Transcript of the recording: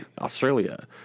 Australia